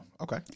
okay